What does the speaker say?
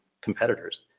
competitors